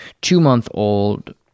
Two-month-old